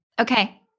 okay